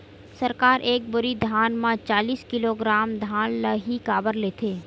सरकार एक बोरी धान म चालीस किलोग्राम धान ल ही काबर लेथे?